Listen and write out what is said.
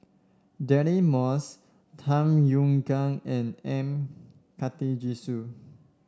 Deirdre Moss Tham Yui Kai and M Karthigesu